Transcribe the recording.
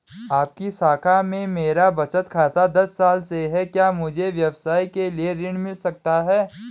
आपकी शाखा में मेरा बचत खाता दस साल से है क्या मुझे व्यवसाय के लिए ऋण मिल सकता है?